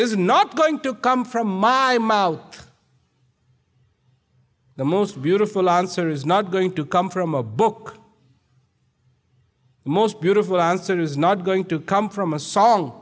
is not going to come from my mouth the most beautiful answer is not going to come from a book most beautiful answer is not going to come from a song